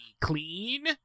clean